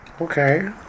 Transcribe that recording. Okay